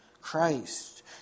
Christ